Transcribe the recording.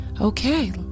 Okay